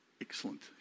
Excellent